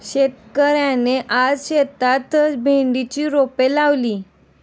शेतकऱ्याने आज शेतात भेंडीचे रोप लावले